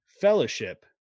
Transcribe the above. fellowship